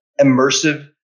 immersive